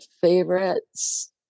favorites